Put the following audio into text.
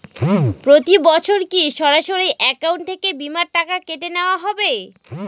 প্রতি বছর কি সরাসরি অ্যাকাউন্ট থেকে বীমার টাকা কেটে নেওয়া হবে?